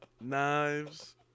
knives